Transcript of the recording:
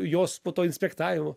jos po to inspektavimo